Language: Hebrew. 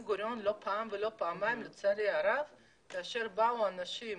גוריון לא פעם ולא פעמיים לצערי הרב כאשר באו אנשים